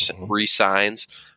re-signs